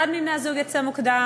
שחלק מהימים אחד מבני-הזוג יצא מוקדם